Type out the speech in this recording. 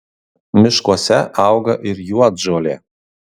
miškuose auga ir juodžolė